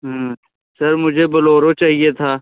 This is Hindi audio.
सर मुझे बोलोरो चाहिए थी